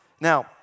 Now